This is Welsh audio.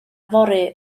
fory